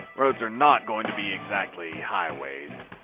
roads are not going to be exactly highways,